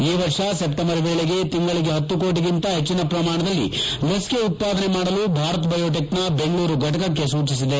ಈ ವರ್ಷ ಸೆಪ್ಲೆಂಬರ್ ವೇಳೆಗೆ ತಿಂಗಳಗೆ ಹತ್ತು ಕೋಟಿಗಿಂತ ಹೆಚ್ಚಿನ ಪ್ರಮಾಣದಲ್ಲಿ ಲಸಿಕೆ ಉತ್ವಾದನೆ ಮಾಡಲು ಭಾರತ್ ಬಯೋಟೆಕ್ನ ಬೆಂಗಳೂರು ಫಟಕಕ್ಕೆ ಸೂಚಿಸಿದೆ